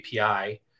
API